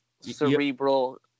cerebral